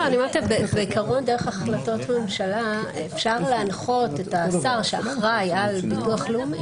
בעיקרון דרך החלטות ממשלה אפשר להנחות את השר שאחראי על ביטוח לאומי.